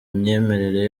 imyemerere